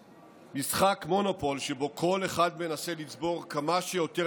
משחק מונופול שבו כל אחד מנסה לצבור כמה שיותר